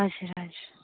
हजुर हजुर